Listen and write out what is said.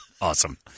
Awesome